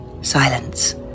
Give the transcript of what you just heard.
Silence